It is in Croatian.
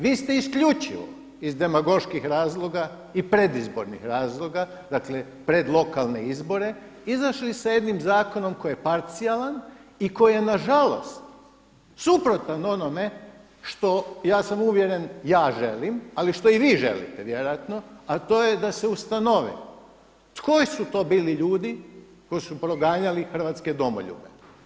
Vi ste isključivo iz demagoških razloga i predizbornih razloga pred lokalne izbore izašli sa jednim zakonom koji je parcijalan i koji je nažalost suprotan onome što ja sam uvjeren, ja želim, ali što i vi želite vjerojatno, a to je da se ustanovi koji su to bili ljudi koji su proganjali hrvatske domoljube.